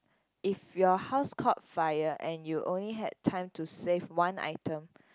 if your house caught fire and you only had time to save one item